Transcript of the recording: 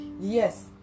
Yes